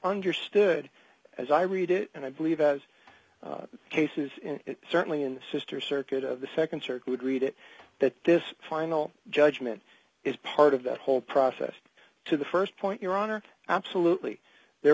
understood as i read it and i believe as cases certainly in the sr circuit of the nd circuit would read it that this final judgment is part of that whole process to the st point your honor absolutely there